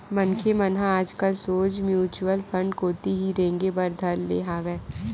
मनखे मन ह आजकल सोझ म्युचुअल फंड कोती ही रेंगे बर धर ले हवय